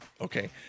Okay